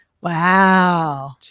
Wow